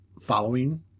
following